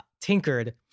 tinkered